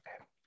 okay